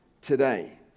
today